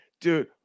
Dude